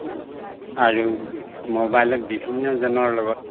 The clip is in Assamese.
আৰু মোবাইলত বিভিন্ন জনৰ লগত